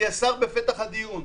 מהשר בפתח הדיון.